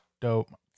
dope